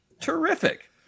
terrific